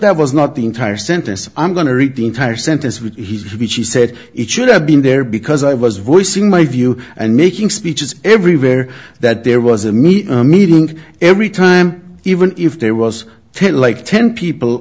that was not the entire sentence i'm going to read the entire sentence with which he said it should have been there because i was voicing my view and making speeches everywhere that there was a media meeting every time even if there was to like ten people